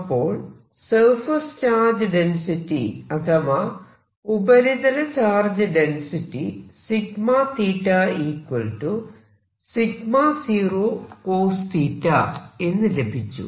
അപ്പോൾ surface charge density അഥവാ ഉപരിതല ചാർജ് ഡെൻസിറ്റി എന്ന് ലഭിച്ചു